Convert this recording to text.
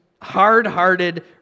hard-hearted